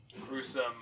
gruesome